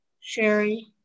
Sherry